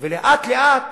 ולאט-לאט